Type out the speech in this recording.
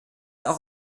auch